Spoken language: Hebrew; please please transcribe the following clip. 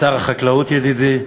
שר החקלאות ידידי,